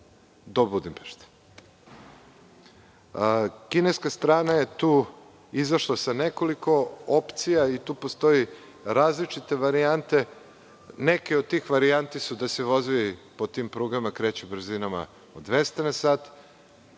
do Budimpešte. Kineska strana je tu izašla sa nekoliko opcija i tu postoje različite varijante. Neke od tih varijanti su da se vozovi po tim prugama kreću brzinama od 200 na sat.